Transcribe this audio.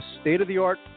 state-of-the-art